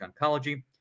oncology